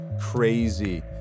crazy